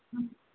ம்